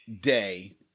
day